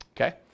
Okay